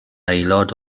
aelod